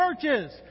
churches